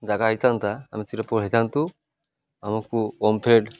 ଜାଗା ହେଇଥାନ୍ତା ଆମେ ହେଇଥାନ୍ତୁ ଆମକୁ ଓମ୍ଫେଡ଼୍